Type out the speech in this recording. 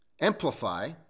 amplify